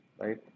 right